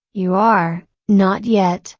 you are, not yet,